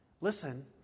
listen